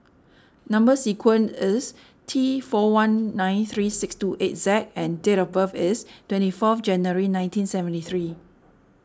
Number Sequence is T four one nine three six two eight Z and date of birth is twenty fourth January nineteen seventy three